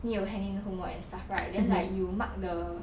need to hand in homework and stuff right then like you mark the